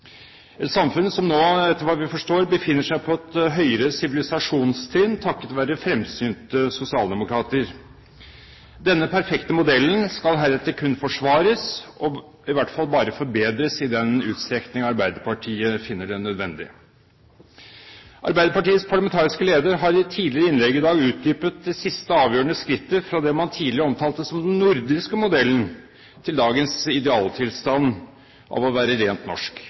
et samfunn som, etter hva vi forstår, befinner seg på et høyere sivilisasjonstrinn takket være fremsynte sosialdemokrater. Denne perfekte modellen skal heretter kun forsvares og i hvert fall bare forbedres i den utstrekning Arbeiderpartiet finner det nødvendig. Arbeiderpartiets parlamentariske leder har i et tidligere innlegg i dag utdypet det siste avgjørende skrittet fra det man tidligere omtalte som den nordiske modellen, til dagens idealtilstand av å være rent norsk.